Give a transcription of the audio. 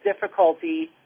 difficulty